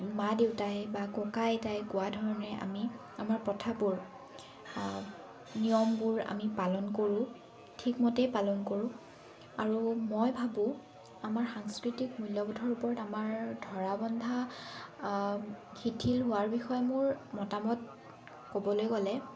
মা দেউতাই বা ককা আইতাই কোৱা ধৰণে আমি আমাৰ প্ৰথাবোৰ নিয়মবোৰ আমি পালন কৰোঁ ঠিক মতেই পালন কৰোঁ আৰু মই ভাবোঁ আমাৰ সাংস্কৃতিক মূল্যবোধৰ ওপৰত আমাৰ ধৰাবন্ধা শিথিল হোৱাৰ বিষয়ে মোৰ মতামত ক'বলৈ গ'লে